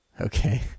Okay